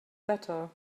better